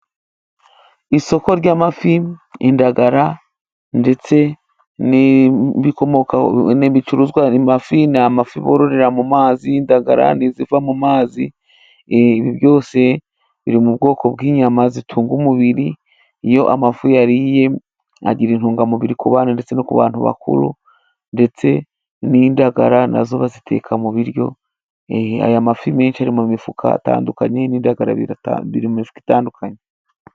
Isoko ry'amafi, indagara ndetse n'ibikomoka, n'ibicuruzwa; amafi, ni amafi bororera mu mazi, indagararan ni iziva mu mazi, byose biri mu bwoko bw'inyama zitunga umubiri. Iyo amafi uyariye agira intungamubiri ku bana ndetse no ku bantu bakuru, ndetse n'indagara nazo baziteka mu biryo. Aya mafi menshi ari mu mifuka itandukanye, n'indagarara biri mu mifuka itandukanye.